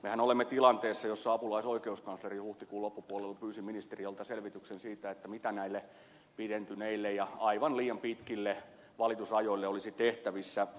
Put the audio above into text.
mehän olemme tilanteessa jossa apulaisoikeuskansleri huhtikuun loppupuolella pyysi ministeriöltä selvityksen siitä mitä näille pidentyneille ja aivan liian pitkille valitusajoille olisi tehtävissä